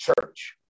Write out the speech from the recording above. church